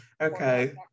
Okay